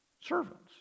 Servants